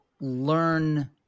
learn